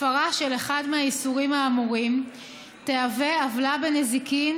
הפרה של אחד מהאיסורים האמורים תהווה עוולה בנזיקין